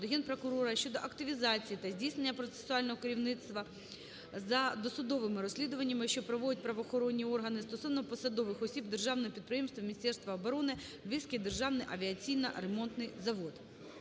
до Генпрокурора щодо активізації та здійснення процесуального керівництва за досудовими розслідуваннями, що проводять правоохоронні органи, стосовно посадових осіб державного підприємства Міністерства оборони "Львівський державний авіаційно-ремонтний завод".